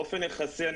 באופן יחסי,